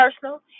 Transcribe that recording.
personal